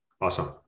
Awesome